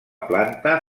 planta